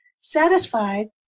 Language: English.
satisfied